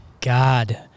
God